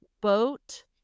boat